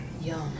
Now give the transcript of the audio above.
Yum